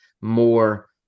more